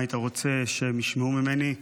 מה היית רוצה שהם ישמעו ממני?